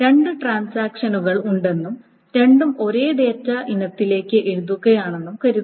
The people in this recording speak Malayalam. രണ്ട് ട്രാൻസാക്ഷനുകൾ ഉണ്ടെന്നും രണ്ടും ഒരേ ഡാറ്റ ഇനത്തിലേക്ക് എഴുതുകയാണെന്നും കരുതുക